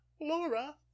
Laura